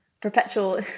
perpetual